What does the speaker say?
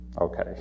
okay